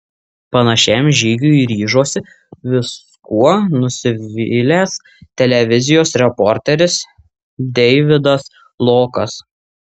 panašiam žygiui ryžosi viskuo nusivylęs televizijos reporteris deividas lokas